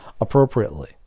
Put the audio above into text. appropriately